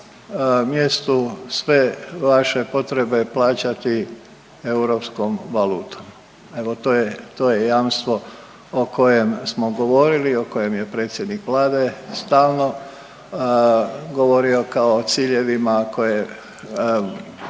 mjestu sve vaše potrebe plaćati europskom valutom. Evo to je, to je jamstvo o kojem smo govorili i o kojem je predsjednik Vlade stalno govorio kao ciljevima koje